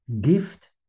gift